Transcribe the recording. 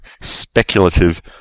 speculative